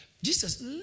Jesus